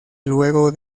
luego